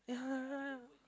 yeah right